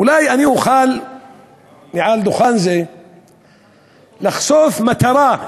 אולי אני אוכל מעל דוכן זה לחשוף מטרה,